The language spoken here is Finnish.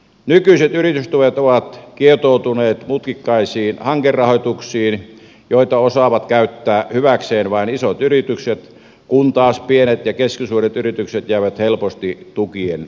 nykyiset yritystuet ovat kietoutuneet mutkikkaisiin hankerahoituksiin joita osaavat käyttää hyväkseen vain isot yritykset kun taas pienet ja keskisuuret yritykset jäävät helposti tukien ulkopuolelle